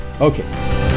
Okay